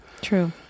True